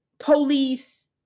police